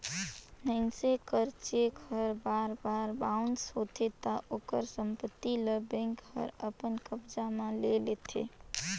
मइनसे कर चेक हर बार बार बाउंस होथे ता ओकर संपत्ति ल बेंक हर अपन कब्जा में ले लेथे